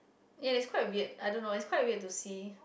ya it's quite weird I don't know it's quite weird to see